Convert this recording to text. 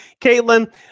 Caitlin